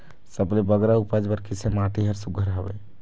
सबले बगरा उपज बर किसे माटी हर सुघ्घर हवे?